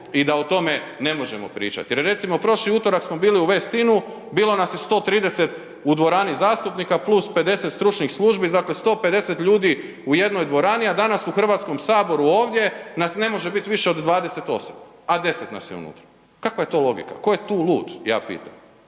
i da o tome ne možemo pričat. Jer je recimo, prošli utorak smo bili u Westin-u, bilo nas je 130 u dvorani zastupnika plus 50 stručnih službi, dakle 150 ljudi u jednoj dvorani, a danas u Hrvatskom saboru ovdje nas ne može bit više od 28, a 10 nas je unutra. Kakva je to logika, ko je tu lud ja pitam